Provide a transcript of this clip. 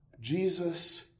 Jesus